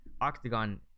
octagon